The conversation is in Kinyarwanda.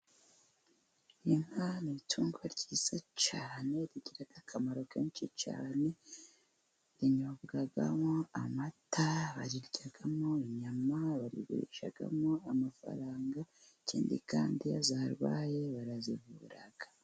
Inka ni itungo ryiza cyane rigira akamaro kenshi cyane rinyobwamo amata, bayiryamo inyama bagurishagamo amafaranga ikindi kandi zarwaye barazivura.